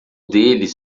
deles